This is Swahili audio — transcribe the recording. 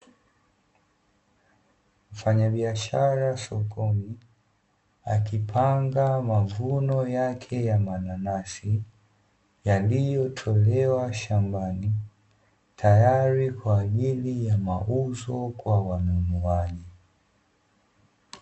Mfanyabiashara sokoni akipanga mavuno yake ya mananasi, yaliyotolewa shambani tayari kwa ajili mauzo kwa wanunuaji.